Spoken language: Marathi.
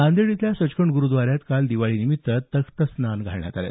नांदेड इथल्या सचखंड गुरूद्वाऱ्यात काल दिवाळीनिमित्त तख्तस्नान घालण्यात आलं